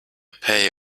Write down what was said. pay